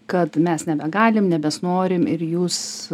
kad mes nebegalim nebesnorim ir jūs